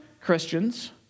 Christians